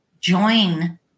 join